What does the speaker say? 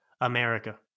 America